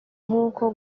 nk’uko